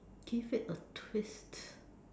give it a twist